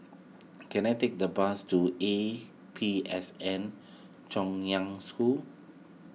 can I take a bus to A P S N Chaoyang School